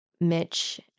Mitch